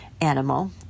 animal